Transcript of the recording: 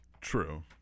true